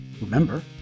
Remember